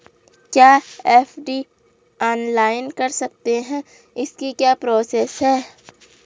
क्या FD online कर सकते हैं इसकी क्या प्रोसेस है?